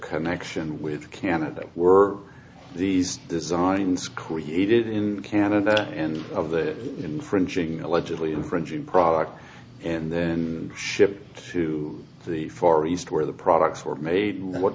connection with canada were these designs created in canada and of the infringing allegedly infringing product in the shipped to the far east where the products were made